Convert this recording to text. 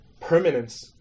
permanence